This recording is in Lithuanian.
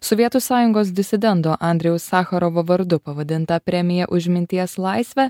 sovietų sąjungos disidento andrejaus sacharovo vardu pavadintą premiją už minties laisvę